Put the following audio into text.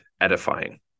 edifying